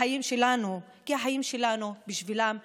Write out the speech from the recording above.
כי החיים שלנו בשבילם הפקר.